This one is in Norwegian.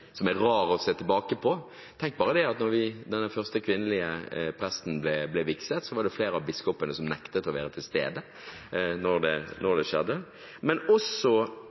rar å se tilbake på. Tenk bare det at da den første kvinnelige presten ble vigslet, var det flere av biskopene som nektet å være til stede da det skjedde. Jeg tenker også